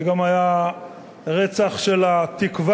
זה גם היה רצח של התקווה.